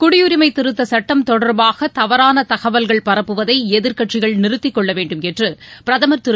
குடியுரிமை திருத்தச் சுட்டம் தொடர்பாக தவறான தகவல்கள் பரப்புவதை எதிர்க்கட்சிகள் நிறுத்திக் கொள்ள வேண்டுமென்று பிரதமர் திரு